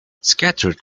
scattered